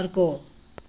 अर्को